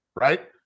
Right